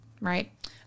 Right